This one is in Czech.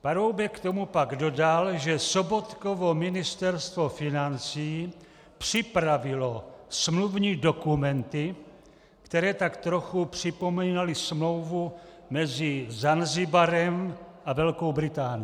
Paroubek k tomu pak dodal, že Sobotkovo Ministerstvo financí připravilo smluvní dokumenty, které tak trochu připomínaly smlouvu mezi Zanzibarem a Velkou Británií.